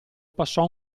passò